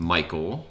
Michael